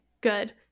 good